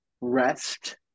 rest